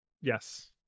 Yes